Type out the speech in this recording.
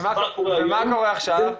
ומה קורה עכשיו?